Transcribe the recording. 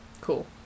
Cool